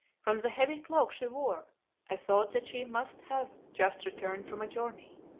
from the heavy cloak she wore i thought that she must have just returned from a journey.